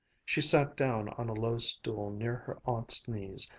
she sat down on a low stool near her aunt's knees.